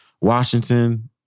Washington